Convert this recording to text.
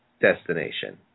destination